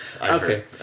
okay